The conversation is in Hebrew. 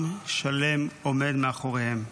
עם שלם עומד מאחוריהם,